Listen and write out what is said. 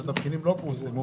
התבחינים לא פורסמו